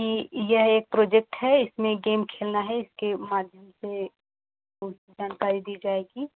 कि यह एक प्रजेक्ट है इसमें गेम खेलना है इसके माध्यम से वह जानकारी दी जाइएगी